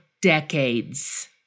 decades